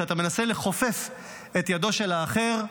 כשאתה מנסה לכופף את ידו של האחר,